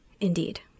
Indeed